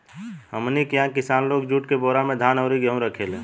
हमनी किहा किसान लोग जुट के बोरा में धान अउरी गेहू रखेले